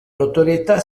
notorietà